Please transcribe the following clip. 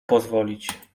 pozwolić